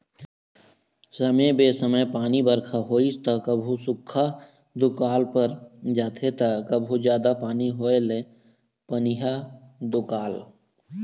समे बेसमय पानी बरखा होइस त कभू सुख्खा दुकाल पर जाथे त कभू जादा पानी होए ले पनिहा दुकाल